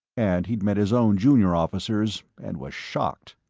and he'd met his own junior officers and was shocked.